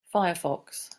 firefox